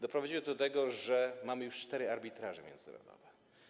Doprowadziło to do tego, że mamy już cztery arbitraże międzynarodowe.